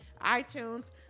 iTunes